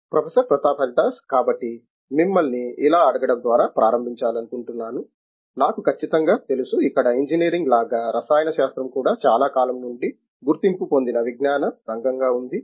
professor Pratap Haridas కాబట్టి మీమల్ని ఇలా అడగడం ద్వారా ప్రారంభించాలనుకుంటున్నాను నాకు ఖచ్చితంగా తెలుసు ఇక్కడ ఇంజనీరింగ్ లగా రసాయన శాస్త్రం కూడా చాలా కాలం నుండి గుర్తింపు పొందిన విజ్ఞాన రంగంగా ఉంధి